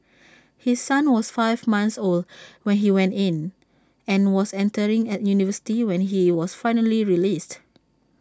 his son was five months old when he went in and was entering and university when he was finally released